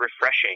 refreshing